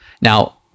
Now